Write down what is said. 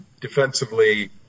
defensively